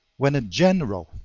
when a general,